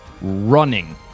running